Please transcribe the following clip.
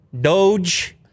doge